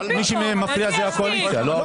מי שמפריע זה הקואליציה, לא?